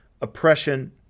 oppression